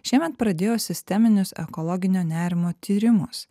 šiemet pradėjo sisteminius ekologinio nerimo tyrimus